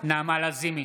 נעמה לזימי,